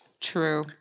True